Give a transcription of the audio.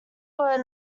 were